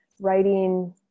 writing